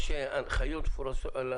יש הנחיות מפורשות.